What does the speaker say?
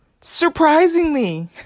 surprisingly